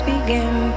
Begin